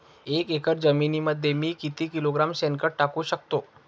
एक एकर जमिनीमध्ये मी किती किलोग्रॅम शेणखत टाकू शकतो?